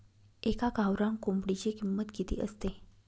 एका गावरान कोंबडीची किंमत किती असते?